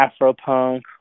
Afropunk